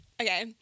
Okay